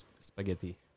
spaghetti